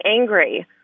angry